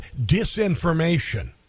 disinformation